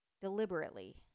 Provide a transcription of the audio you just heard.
deliberately